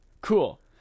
cool